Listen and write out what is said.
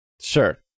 Sure